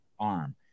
arm